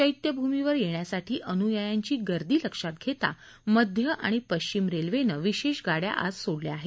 चैत्यभूमीवर येण्यासाठी अनुयायांची गर्दी लक्षात घेता मध्य आणि पक्षिम रेल्वेनं विशेष गाड्या आज सोडल्या आहेत